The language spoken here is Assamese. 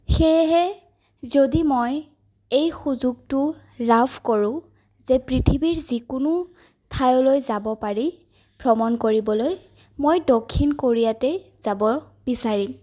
সেয়েহে যদি মই এই সুযোগটো লাভ কৰোঁ যে পৃথিৱীৰ যিকোনো ঠাইলৈ যাব পাৰি ভ্ৰমণ কৰিবলৈ মই দক্ষিণ কোৰিয়াতেই যাব বিচাৰিম